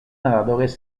nadadores